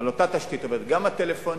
עובדת על אותה תשתית, גם הטלפוניה,